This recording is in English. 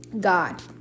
God